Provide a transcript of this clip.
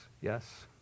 yes